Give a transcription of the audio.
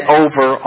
over